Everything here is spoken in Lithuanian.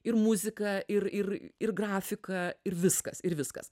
ir muzika ir ir ir grafika ir viskas ir viskas